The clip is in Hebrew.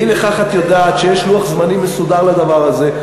ואי-לכך את יודעת שיש לוח זמנים מסודר לדבר הזה.